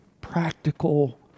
practical